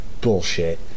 bullshit